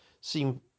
seem